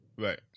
Right